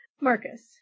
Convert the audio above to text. Marcus